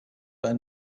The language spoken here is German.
war